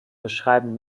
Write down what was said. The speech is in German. beschreiben